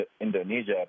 Indonesia